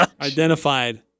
identified